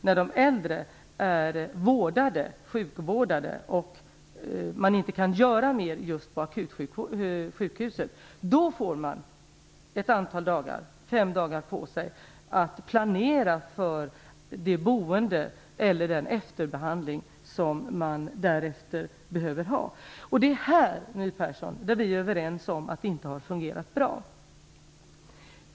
När de äldre är sjukvårdade och man inte kan göra mer på akutsjukhuset, då får de ett antal dagar, fem, på sig att planera för det boende eller den efterbehandling som man därefter behöver ha. Det är här, My Persson, som vi är överens om att det inte har fungerat bra.